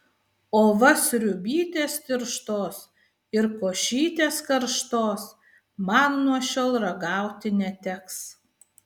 o va sriubytės tirštos ir košytės karštos man nuo šiol ragauti neteks